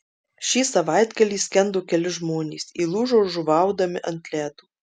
šį savaitgalį skendo keli žmonės įlūžo žuvaudami ant ledo